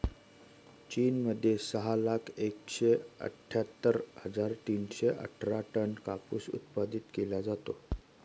चीन मध्ये सहा लाख एकशे अठ्ठ्यातर हजार तीनशे अठरा टन कापूस उत्पादित केला जातो